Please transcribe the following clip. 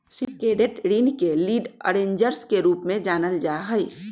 syndicated ऋण के lead arrangers के रूप में जानल जा हई